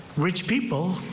rich people.